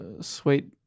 Sweet